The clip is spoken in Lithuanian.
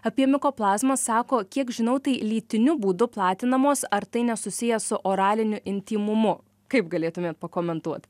apie mikoplazmą sako kiek žinau tai lytiniu būdu platinamos ar tai nesusiję su oraliniu intymumu kaip galėtumėt pakomentuot